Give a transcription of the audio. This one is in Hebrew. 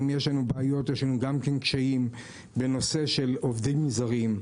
יש לנו גם קשיים בנושא של עובדים זרים.